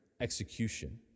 execution